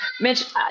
Mitch